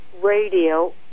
radio